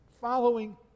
following